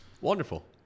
wonderful